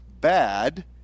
bad